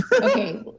okay